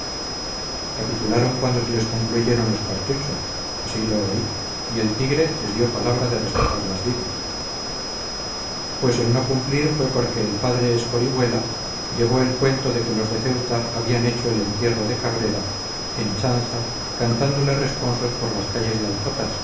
envuelve capitularon cuando se les concluyeron los cartuchos así lo oí y el tigre les dio palabra de respetar las vidas pues el no cumplir fue porque el padre escorihuela llevó el cuento de que los de ceuta habían hecho el entierro de cabrera en chanza cantándole responsos por las calles de alcotas